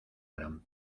gran